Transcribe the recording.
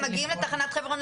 הם מגיעים לתחנת חברון,